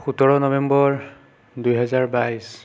সোতৰ নৱেম্বৰ দুহেজাৰ বাইছ